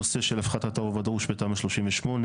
הנושא של הפחתת הרוב הדרוש בתמ"א 38,